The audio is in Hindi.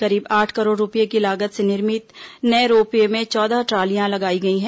करीब आठ करोड़ रूपये की लागत से निर्मित नए रोप वे में चौदह ट्रॉलियां लगाई गई हैं